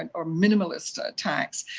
and or minimalist tax,